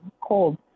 cold